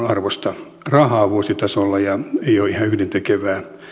arvosta rahaa vuositasolla ja ei ole ihan yhdentekevää